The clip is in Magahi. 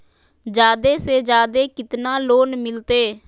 जादे से जादे कितना लोन मिलते?